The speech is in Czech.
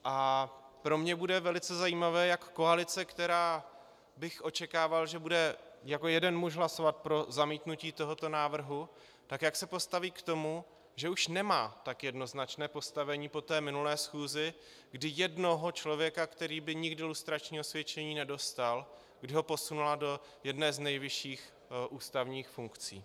A pro mě bude velice zajímavé, jak koalice, od které bych očekával, že bude jako jeden muž hlasovat pro zamítnutí tohoto návrhu, se postaví k tomu, že už nemá tak jednoznačné postavení po té minulé schůzi, kdy jednoho člověka, který by nikdy lustrační osvědčení nedostal, posunula do jedné z nejvyšších ústavních funkcí.